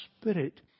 spirit